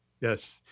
Yes